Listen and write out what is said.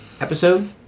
episode